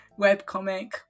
webcomic